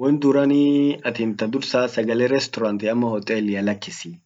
Won duranii atin ta dursa sagale restaurant ama ta hotelia lakisii.